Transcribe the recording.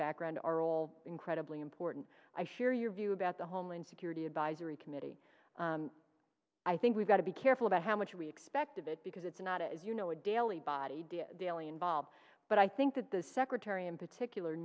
background are all incredibly important i share your view about the homeland security advisory committee i think we've got to be careful about how much we expect of it because it's not a you know a daily body daily involved but i think that the secretary in particular